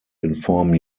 inform